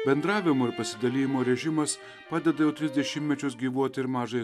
bendravimo ir pasidalijimo režimas padeda jau tris dešimtmečius gyvuot ir mažai